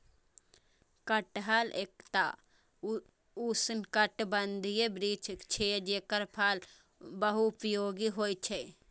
कटहल एकटा उष्णकटिबंधीय वृक्ष छियै, जेकर फल बहुपयोगी होइ छै